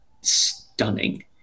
stunning